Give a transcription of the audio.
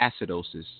acidosis